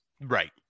Right